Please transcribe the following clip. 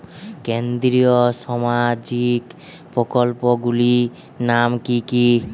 কেন্দ্রীয় সামাজিক প্রকল্পগুলি নাম কি কি?